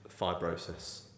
Fibrosis